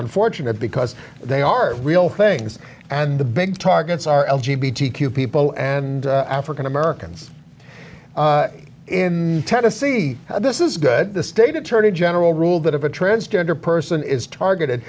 unfortunate because they are real things and the big targets are l g b t q people and african americans in tennessee this is good the state attorney general rule that if a transgender person is targeted